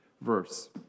verse